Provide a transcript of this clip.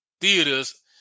theaters